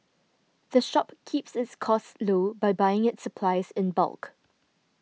the shop keeps its costs low by buying its supplies in bulk